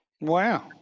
Wow